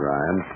Ryan